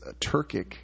Turkic